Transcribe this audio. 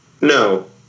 No